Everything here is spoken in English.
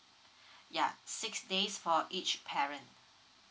ya six days for each parent